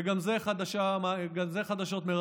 וגם זה חדשות מרעננות.